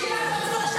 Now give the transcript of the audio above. תתביישי לך.